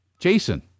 Jason